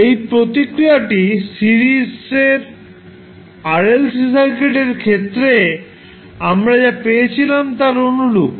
এই প্রতিক্রিয়াটি সিরিজের RLC সার্কিটের ক্ষেত্রে আমরা যা পেয়েছিলাম তার অনুরূপ